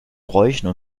bräuchen